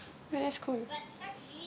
well that's cool